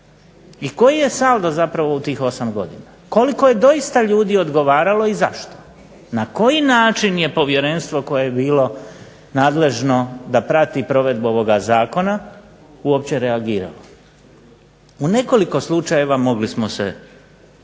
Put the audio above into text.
I koji je saldo zapravo u tih 8 godina? Koliko je doista ljudi odgovaralo i zašto? Na koji način je povjerenstvo koje je bilo nadležno da prati provedbu ovoga zakona uopće reagiralo? U nekoliko slučajeva mogli smo se osvjedočiti